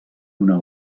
una